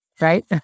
right